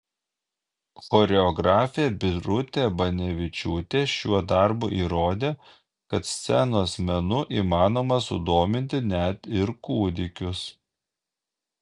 choreografė birutė banevičiūtė šiuo darbu įrodė kad scenos menu įmanoma sudominti net ir kūdikius